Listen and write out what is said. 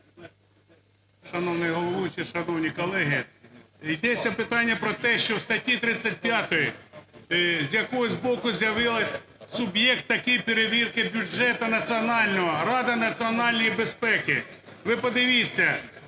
Шановний головуючий! Шановні колеги! Йдеться питання про те, що в статті 35 з якогось боку з'явилось… суб'єкт такий перевірки бюджету національного – Рада національної безпеки. Ви подивіться,